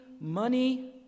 money